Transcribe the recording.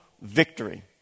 victory